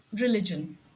religion